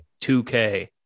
2K